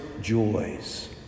joys